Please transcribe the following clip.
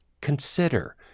Consider